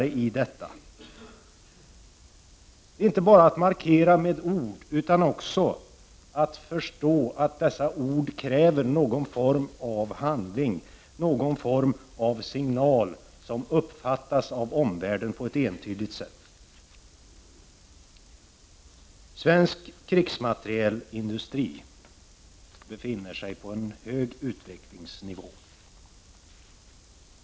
Det handlar inte bara om att markera med ord, utan också om att förstå att dessa ord kräver någon form av handling, någon form av signal som uppfattas av omvärlden på ett entydigt sätt. Svensk krigsmaterielindustri befinner sig på en hög utvecklingsnivå.